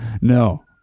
No